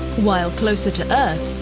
while closer to earth,